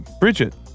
Bridget